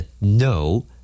No